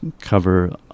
cover